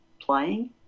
playing